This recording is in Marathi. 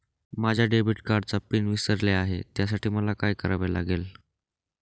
माझ्या डेबिट कार्डचा पिन विसरले आहे त्यासाठी मला काय करावे लागेल?